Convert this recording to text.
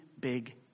big